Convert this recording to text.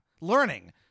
learning